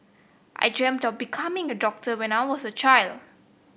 I dreamt of becoming a doctor when I was a child